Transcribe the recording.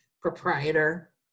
proprietor